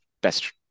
Best